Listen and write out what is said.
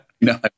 No